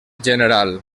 general